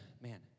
man